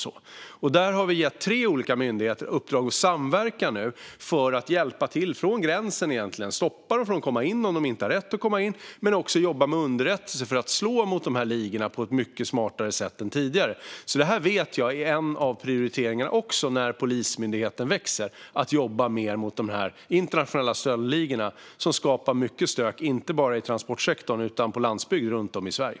Vi har nu gett tre olika myndigheter i uppdrag att samverka för att hjälpa till vid gränsen och stoppa dem som inte har rätt att komma in, men också jobba med underrättelse för att slå mot de här ligorna på ett mycket smartare sätt än tidigare. En av prioriteringarna när Polismyndigheten växer är att jobba mer mot de internationella stöldligorna som skapar mycket stök, inte bara i transportsektorn utan också på landsbygden runt om i Sverige.